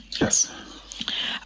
Yes